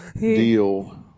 Deal